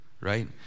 right